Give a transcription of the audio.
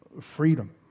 freedom